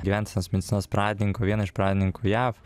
gyvensenos medicinos pradininko vieno iš pradininkų jav